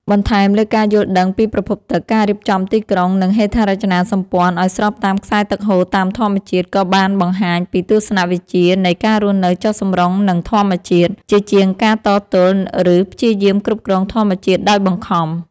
បន្ថែមលើការយល់ដឹងពីប្រភពទឹក ការរៀបចំទីក្រុង និងហេដ្ឋារចនាសម្ព័ន្ធឱ្យស្របតាមខ្សែទឹកហូរតាមធម្មជាតិ ក៏បានបង្ហាញពីទស្សនវិជ្ជានៃ ការរស់នៅចុះសម្រុងនឹងធម្មជាតិ ជាជាងការតទល់ ឬព្យាយាមគ្រប់គ្រងធម្មជាតិដោយបង្ខំ។